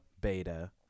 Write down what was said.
beta